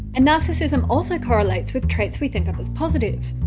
and narcissism also correlates with traits we think of as positive.